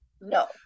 No